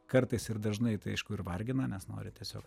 kartais ir dažnai tai aišku ir vargina nes nori tiesiog